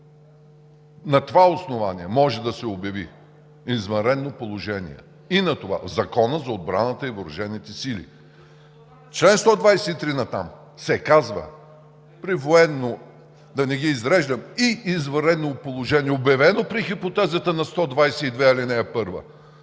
На това основание може да се обяви „извънредно положение“, и на това – Закона за отбраната и въоръжените сили. В чл. 123 натам се казва: „При военно – да не ги изреждам – и извънредно положение, обявено при хипотезата на чл. 122, ал. 1,